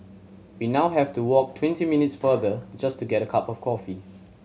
we now have to walk twenty minutes farther just to get a cup of coffee